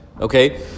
Okay